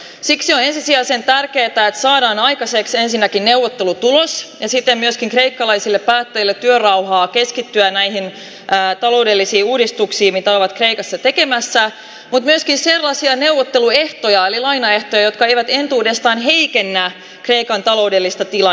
siksi asia sentään kenttä saadaan aikaiseksi ensinnäkin neuvottelutulos ja sitä myös kreikkalaisille päättäjille työrauhaa keskittyä näihin tai taloudellisiin uudistuksiin ovat osa tekemässä on myös kyseenalaisia neuvotteluehtoja eli lainaehtoja jotka eivät entuudestaan heikennä keikan taloudellista tilaa